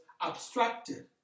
abstracted